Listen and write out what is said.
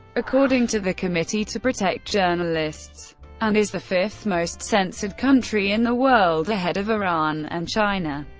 according to the committee to protect journalists and is the fifth most censored country in the world, ahead of iran and china.